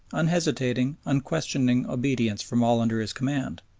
unhesitating, unquestioning obedience from all under his command,